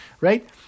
Right